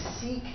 seek